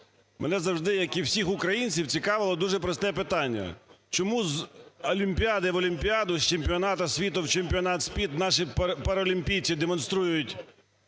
мене завжди, як і всіх українців, цікавило дуже просте питання: чому з олімпіади в олімпіаду, з чемпіонату світу в чемпіонат світу наші паралімпійці демонструють